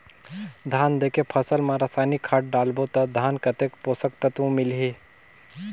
धान देंके फसल मा रसायनिक खाद डालबो ता धान कतेक पोषक तत्व मिलही?